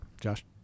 Josh